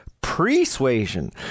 persuasion